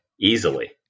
easily